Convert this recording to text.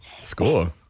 Score